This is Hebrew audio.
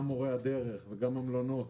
גם מורי הדרך וגם המלונות,